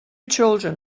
children